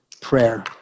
prayer